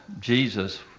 Jesus